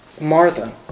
Martha